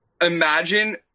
imagine